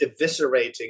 eviscerating